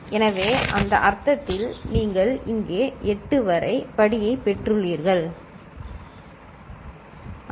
எனவே இந்த அர்த்தத்தில் நீங்கள் இங்கே 8 வரை படியைப் பெற்றுள்ளீர்கள் சரி